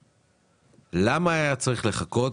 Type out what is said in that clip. למה היה צריך לחכות?